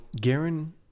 Garen